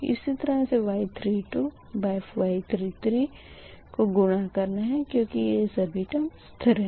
इसी तरह से Y32Y33 को गुणा करना है क्यूँकि ये सभी टर्म स्थिर है